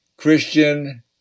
Christian